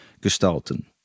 Gestalten